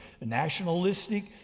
nationalistic